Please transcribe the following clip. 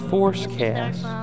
Forcecast